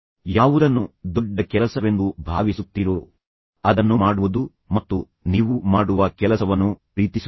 ನೀವು ಯಾವುದನ್ನು ದೊಡ್ಡ ಕೆಲಸವೆಂದು ಭಾವಿಸುತ್ತೀರೋ ಅದನ್ನು ಮಾಡುವುದು ಮತ್ತು ದೊಡ್ಡ ಕೆಲಸವನ್ನು ಮಾಡುವ ಏಕೈಕ ಮಾರ್ಗವೆಂದರೆ ನೀವು ಮಾಡುವ ಕೆಲಸವನ್ನು ಪ್ರೀತಿಸುವುದು